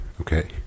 Okay